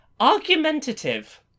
Argumentative